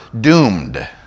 doomed